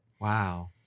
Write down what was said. Wow